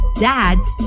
dads